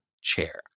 chair